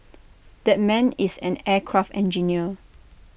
that man is an aircraft engineer